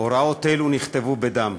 הוראות אלו נכתבו בדם.